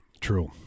True